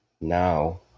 now